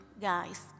guys